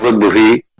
and movie